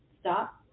stop